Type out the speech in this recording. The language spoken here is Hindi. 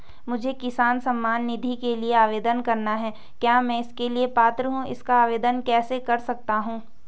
मुझे किसान सम्मान निधि के लिए आवेदन करना है क्या मैं इसके लिए पात्र हूँ इसका आवेदन कैसे कर सकता हूँ?